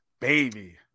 Baby